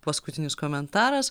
paskutinis komentaras